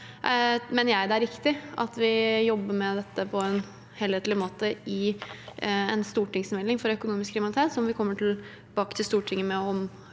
mener jeg det er riktig at vi jobber med dette på en helhetlig måte i en stortingsmelding for økonomisk kriminalitet, som vi kommer tilbake til Stortinget med om